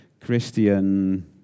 Christian